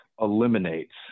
eliminates